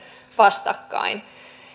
vastakkain